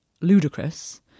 ludicrous